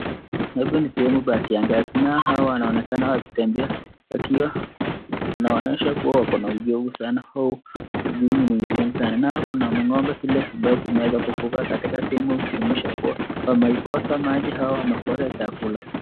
Hapa ni sehemu ya kiangazi na hawa wanaonekana wakitembea wakiwa wanaonyesha kuwa wako na uchovu sana au mwili ni midogo sana. Nao kuna ng'ombe zile ambazo zimeweza kufa katika sehemu hii kujumuisha kuwa wamekosa maji au wamekosa chakula.